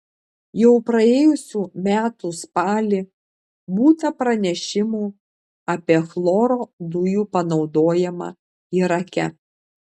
jau praėjusių metų spalį būta pranešimų apie chloro dujų panaudojimą irake